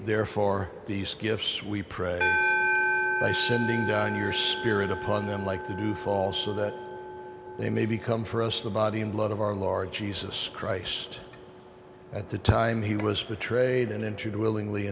therefore the skiffs we pray they sit down your spirit upon them like to do fall so that they may become for us the body and blood of our lord jesus christ at the time he was betrayed and entered willingly